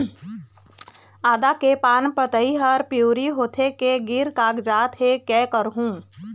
आदा के पान पतई हर पिवरी होथे के गिर कागजात हे, कै करहूं?